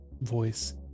voice